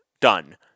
done